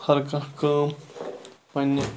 ہر کانٛہہ کٲم پَننہِ